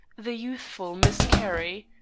the youthful miss carrie.